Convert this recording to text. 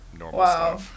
Wow